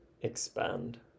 expand